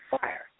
fire